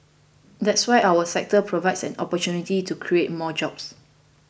that's why our sector provides an opportunity to create more jobs